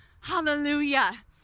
Hallelujah